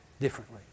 differently